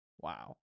Wow